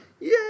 yay